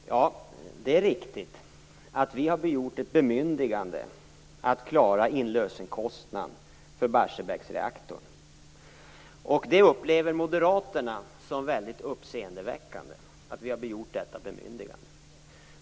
Fru talman! Det är riktigt att vi har begärt ett bemyndigande att klara inlösenkostnaden för Barsebäcksreaktorn. Detta upplever Moderaterna som väldigt uppseendeväckande.